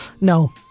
No